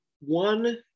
one